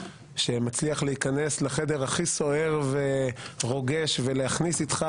מצליח להיכנס לחדר הכי סוער ורוגש ולהכניס איתך